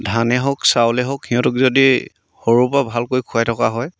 ধানেই হওক চাউলেই হওক সিহঁতক যদি সৰুৰপৰা ভালকৈ খুৱাই থকা হয়